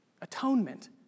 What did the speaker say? Atonement